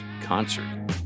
concert